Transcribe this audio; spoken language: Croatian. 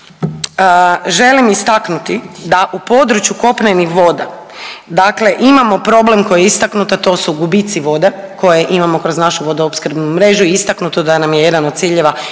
želim istaknuti da u području kopnenih voda dakle imamo problem koji je istaknut, a to su gubici vode koje imamo kroz našu vodoopskrbnu mrežu, istaknuto da nam je jedan od ciljeva